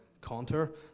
contour